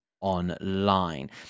online